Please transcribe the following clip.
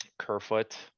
Kerfoot